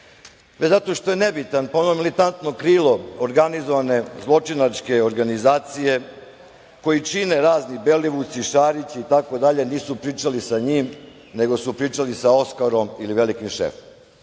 zato što je nebitan, pa ono militantno krilo organizovane zločinačke organizacije koji čine razni Belivuci, Šarići itd, nisu pričali sa njim, nego su pričali sa Oskarom ili velikim šefom. Da